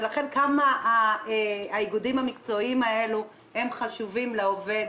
מכאן אתה רואה כמה האיגודים המקצועיים האלו חשובים לעובד.